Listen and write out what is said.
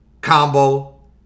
Combo